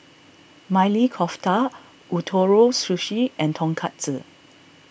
Maili Kofta Ootoro Sushi and Tonkatsu